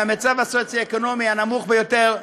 מהמצב הסוציו-אקונומי הנמוך ביותר,